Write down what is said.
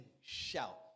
shout